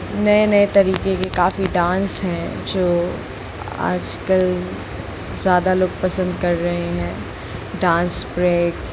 नए नए तरीके के काफ़ी डांस हैं जो आजकल ज़्यादा लोग पसंद कर रहे हैं डांस ब्रेक